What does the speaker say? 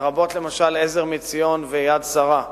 למשל "עזר מציון" ו"יד שרה",